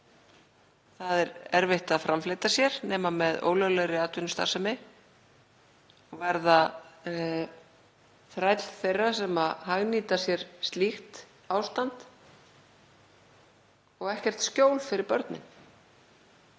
Það er erfitt að framfleyta sér nema með ólöglegri atvinnustarfsemi, verða þræll þeirra sem hagnýta sér slíkt ástand og ekkert skjól fyrir börnin,